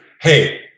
Hey